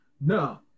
No